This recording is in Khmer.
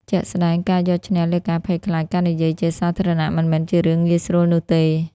ជាក់ស្តែងការយកឈ្នះលើការភ័យខ្លាចការនិយាយជាសាធារណៈមិនមែនជារឿងងាយស្រួលនោះទេ។